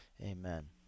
Amen